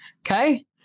Okay